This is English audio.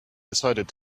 decided